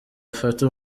afate